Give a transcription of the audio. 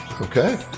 Okay